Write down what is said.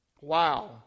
Wow